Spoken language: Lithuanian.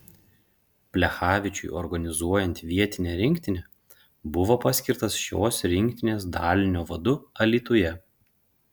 plechavičiui organizuojant vietinę rinktinę buvo paskirtas šios rinktinės dalinio vadu alytuje